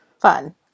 fun